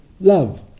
love